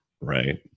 right